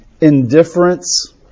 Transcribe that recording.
indifference